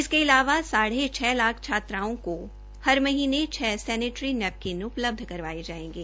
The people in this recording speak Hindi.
इसके अलावा साढ़े छ लाख छात्राओं को हर महीने छः सैनिटरी नैपकिन उपलब्ध कराए जाएंगे